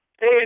hey